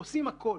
עושות הכול,